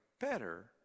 better